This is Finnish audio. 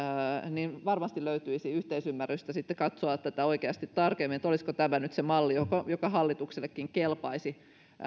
ja varmasti löytyisi yhteisymmärrystä sitten katsoa oikeasti tarkemmin olisiko tämä nyt se malli joka hallituksellekin kelpaisi